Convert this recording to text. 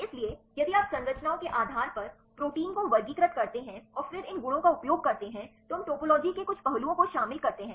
इसलिए यदि आप संरचनाओं के आधार पर प्रोटीन को वर्गीकृत करते हैं और फिर इन गुणों का उपयोग करते हैं तो हम टोपोलॉजी के कुछ पहलुओं को शामिल करते हैं